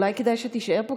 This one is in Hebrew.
אולי כדאי שתישאר פה,